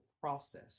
process